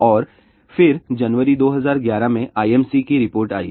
और फिर जनवरी 2011 में IMC की रिपोर्ट आई